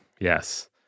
yes